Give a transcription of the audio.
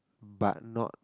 but not